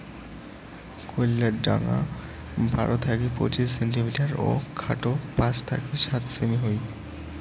কইল্লার ঢাঙা বারো থাকি পঁচিশ সেন্টিমিটার ও খাটো পাঁচ থাকি সাত সেমি হই